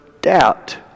doubt